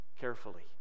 carefully